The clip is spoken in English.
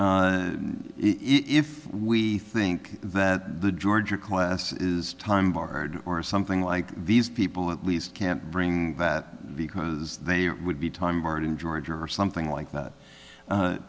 if we think that the georgia class is time barred or something like these people at least can't bring that because they would be time for it in georgia or something like that